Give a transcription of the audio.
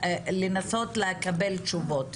אנחנו כולנו מקווים מאוד שנצא היום לאיזה שהן בשורות טובות,